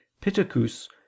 Pittacus